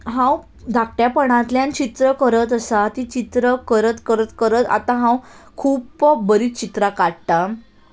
हांव धाकट्यापणांतल्यान चित्र करत आसा ती चित्र करत करत करत आतां हांव खूब बरीं चित्रां काडटां